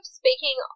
speaking